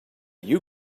you